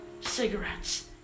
cigarettes